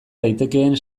daitekeen